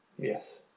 Yes